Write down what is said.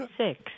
six